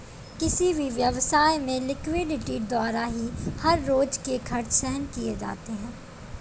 किसी भी व्यवसाय में लिक्विडिटी द्वारा ही हर रोज के खर्च सहन किए जाते हैं